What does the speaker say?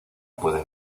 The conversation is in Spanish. puede